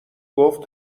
گفت